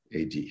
AD